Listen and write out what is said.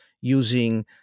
using